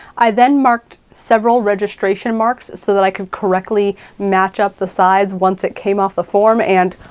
i then marked several registration marks so that i could correctly match up the sides once it came off the form. and,